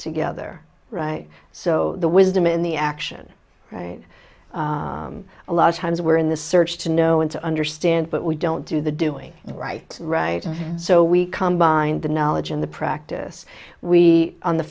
together so the wisdom in the action right a lot of times we're in the search to know and to understand but we don't do the doing the right right so we combine the knowledge and the practice we on the